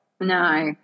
No